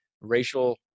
racial